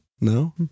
No